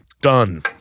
Done